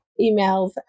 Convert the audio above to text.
emails